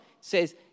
says